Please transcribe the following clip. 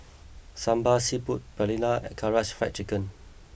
Sambar Seafood Paella and Karaage Fried Chicken